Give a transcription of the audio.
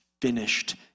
finished